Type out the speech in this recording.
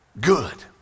good